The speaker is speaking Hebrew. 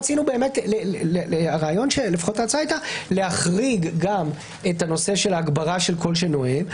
לפחות הרעיון היה להחריג גם את הנושא של ההגברה של קול של נואם,